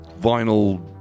vinyl